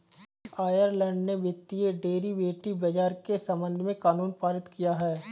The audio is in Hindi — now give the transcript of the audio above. आयरलैंड ने वित्तीय डेरिवेटिव बाजार के संबंध में कानून पारित किया है